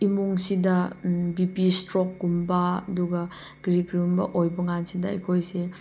ꯏꯃꯨꯡꯁꯤꯗ B P ꯏꯁꯇ꯭ꯔꯣꯛꯀꯨꯝꯕ ꯑꯗꯨꯒ ꯀꯔꯤ ꯀꯔꯤꯒꯨꯝꯕ ꯑꯣꯏꯕꯀꯥꯟꯁꯤꯗ ꯑꯩꯈꯣꯏꯁꯦ